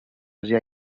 àsia